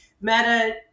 meta